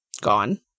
gone